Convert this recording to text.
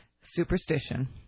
Superstition